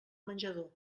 menjador